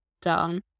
done